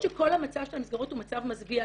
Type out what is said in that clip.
שכל המצב של המסגרות הוא מצב מזוויע.